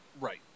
Right